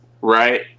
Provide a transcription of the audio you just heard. Right